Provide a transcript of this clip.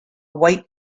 white